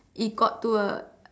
it got to a